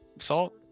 salt